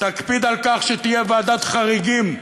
תקפיד על כך שתהיה ועדת חריגים,